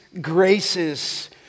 graces